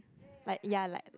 like ya like